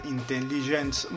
Intelligence